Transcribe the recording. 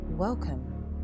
Welcome